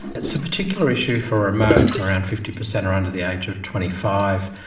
it's a particular issue for remote, and around fifty percent are under the age of twenty five.